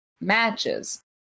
matches